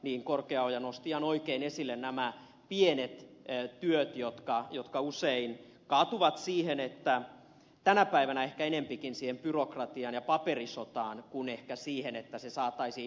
korkeaoja nosti ihan oikein esille pienet työt jotka usein kaatuvat tänä päivänä ehkä enempikin siihen byrokratiaan ja paperisotaan kuin ehkä siihen että se saataisiin edullisemmin